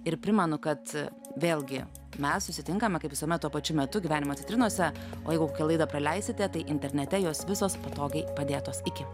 ir primenu kad vėlgi mes susitinkame kaip visuomet tuo pačiu metu gyvenimo citrinose o jeigu kokią laidą praleisite tai internete jos visos patogiai padėtos iki